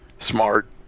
Smart